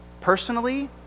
personally